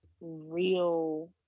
real